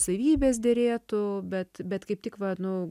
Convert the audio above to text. savybės derėtų bet bet kaip tik va nu